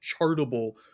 chartable